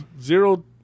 zero